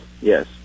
Yes